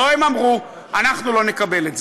לא, הם אמרו, אנחנו לא נקבל את זה.